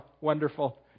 wonderful